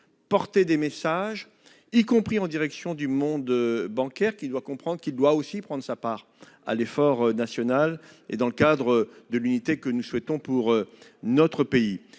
adresser des messages, notamment en direction du monde bancaire. Celui-ci doit comprendre qu'il lui faut aussi prendre sa part de l'effort national, dans le cadre de l'unité que nous souhaitons pour notre pays.